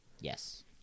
yes